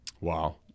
Wow